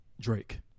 Drake